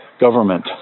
government